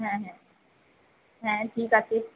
হ্যাঁ হ্যাঁ হ্যাঁ ঠিক আছে